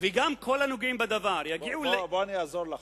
וגם כל הנוגעים בדבר יגיעו, בוא אני אעזור לך.